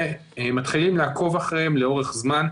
ומתחילים לעקוב אחריהם לאורך זמן,